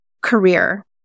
career